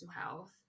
health